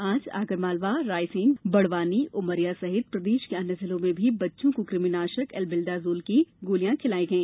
आज आगरमालवा रायसेन बड़वानी उमरिया सहित प्रदेश के अन्य जिलों में भी बच्चों को कृमि नाशक एल्बेण्डाजोल की गोलियां खिलाई गई